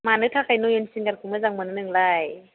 मानि थाखाय नयन सिंगारखौ मोजां मोनो नोंलाय